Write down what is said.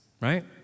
right